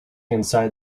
inside